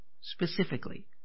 specifically